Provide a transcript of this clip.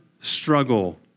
struggle